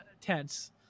tense